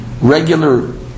regular